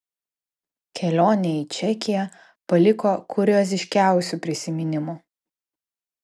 kelionė į čekiją paliko kurioziškiausių prisiminimų